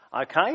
okay